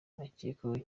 akekwaho